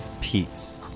peace